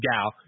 Gal